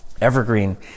Evergreen